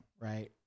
right